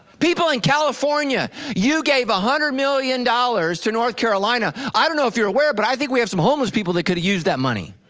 people in california, you gave one ah hundred million dollars to north carolina, i don't know if you're aware but i think we have some homeless people that could use that money.